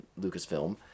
Lucasfilm